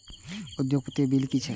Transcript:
उपयोगिता बिल कि छै?